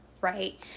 right